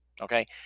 okay